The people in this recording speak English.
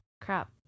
Crap